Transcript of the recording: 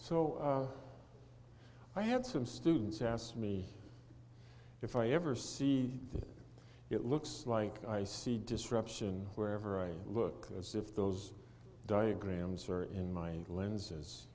so i had some students asked me if i ever see it looks like i see disruption wherever i look as if those diagrams are in my lenses